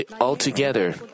altogether